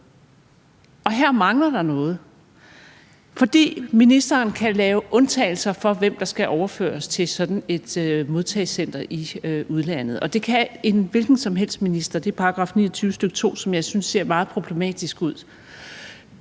og her mangler der noget, fordi ministeren kan lave undtagelser for, hvem der skal overføres til sådan et modtagecenter i udlandet, og det kan en hvilken som helst minister. Det er § 29, stk. 2, som jeg synes ser meget problematisk ud.